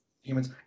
humans